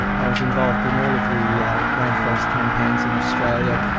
i was involved in all of the rainforest campaigns in australia,